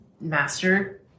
master